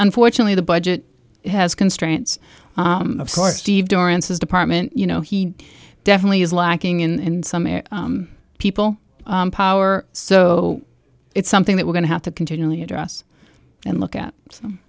unfortunately the budget has constraints of course steve dorrance his department you know he definitely is lacking in some people power so it's something that we're going to have to continually address and look at